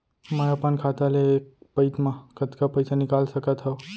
मैं अपन खाता ले एक पइत मा कतका पइसा निकाल सकत हव?